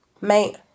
Mate